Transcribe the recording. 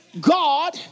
God